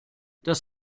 das